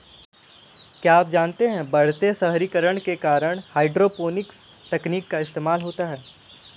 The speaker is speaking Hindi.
क्या आप जानते है बढ़ते शहरीकरण के कारण हाइड्रोपोनिक्स तकनीक का इस्तेमाल होता है?